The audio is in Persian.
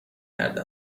کرده